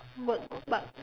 work but